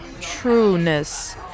trueness